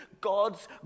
God's